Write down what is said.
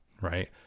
right